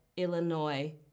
Illinois